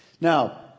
Now